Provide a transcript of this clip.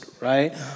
right